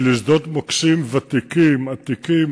כי לשדות מוקשים ותיקים, עתיקים,